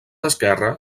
esquerre